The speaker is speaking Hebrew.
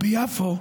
או ביפו,